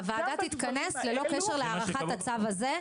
הוועדה תתכנס ללא קשר להארכת הצו הזה.